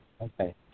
Okay